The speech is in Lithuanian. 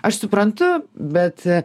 aš suprantu bet